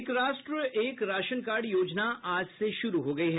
एक राष्ट्र एक राशन कार्ड योजना आज से शुरू हो गयी है